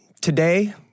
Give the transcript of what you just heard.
today